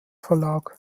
verlag